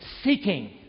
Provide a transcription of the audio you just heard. seeking